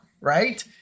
right